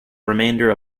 remainder